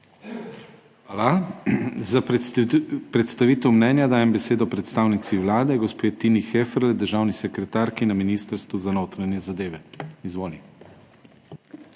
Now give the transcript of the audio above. Hvala. Za predstavitev mnenja dajem besedo predstavnici Vlade, gospe Tini Heferle, državni sekretarki na Ministrstvu za notranje zadeve. Izvoli.